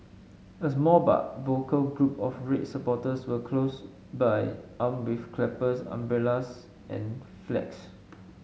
a small but vocal group of red supporters were close by armed with clappers umbrellas and flags